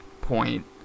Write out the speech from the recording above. point